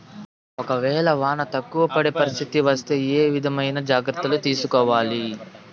ఒక వేళ వాన తక్కువ పడే పరిస్థితి వస్తే ఏ విధమైన జాగ్రత్తలు తీసుకోవాలి?